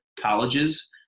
Colleges